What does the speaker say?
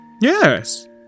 Yes